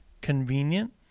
convenient